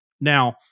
Now